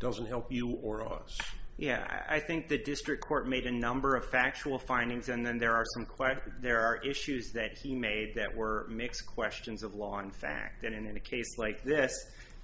doesn't help you or i was yeah i think the district court made a number of factual findings and then there are some quite there are issues that he made that were makes questions of law in fact that in a case like this